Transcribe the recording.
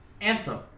anthem